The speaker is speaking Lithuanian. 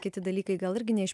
kiti dalykai gal irgi ne iš